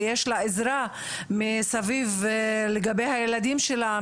ויש לה עזרה מסביב לגבי הילדים שלה,